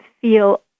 feel